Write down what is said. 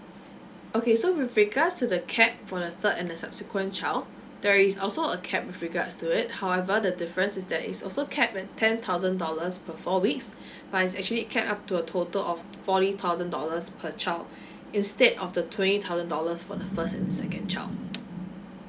okay so with regards to the cap for the third and the subsequent child there is also a cap with regards to it however the difference is that is also cap at ten thousand dollars per four weeks but it's actually cap up to a total of forty thousand dollars per child instead of the twenty thousand dollars for the first and the second child